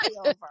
over